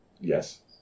Yes